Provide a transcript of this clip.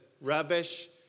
rubbish